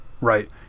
right